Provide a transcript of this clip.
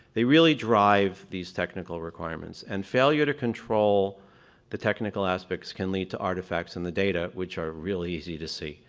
they really drive these technical requirements. requirements. and failure to control the technical aspects can lead to artifacts in the data which are real easy to see.